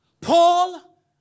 Paul